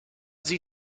sie